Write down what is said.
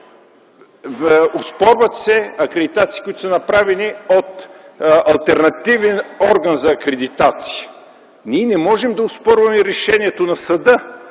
Оспорват се акредитации, които са направени от алтернативен орган за акредитация. Ние не можем да оспорваме решението на съда,